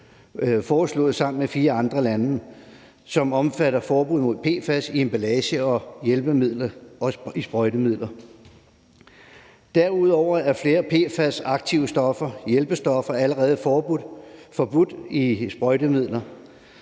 foreslået sammen med fire andre lande, og som omfatter forbud mod PFAS i emballage, hjælpemidler og sprøjtemidler. Derudover er flere PFAS-aktivstoffer og -hjælpestoffer allerede forbudt i sprøjtemidler.